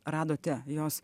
radote jos